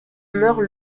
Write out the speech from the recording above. meurt